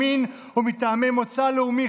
מין או מטעמי מוצא לאומי,